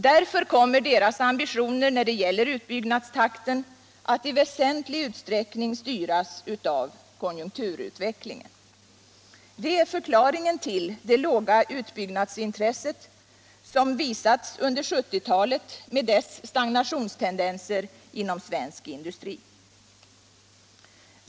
Därför kommer deras ambitioner när det gäller utbyggnadstakten att i väsentlig utsträckning styras av konjunkturutvecklingen. Detta är förklaringen till det låga utbyggnadsintresse som visats under 1970-talet med dess stagnationstendenser inom svensk industri.